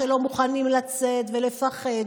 שלא מוכנים לצאת ומפחדים.